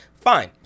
fine